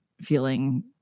feeling